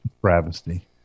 Travesty